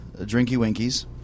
drinky-winkies